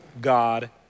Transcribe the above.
God